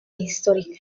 histórica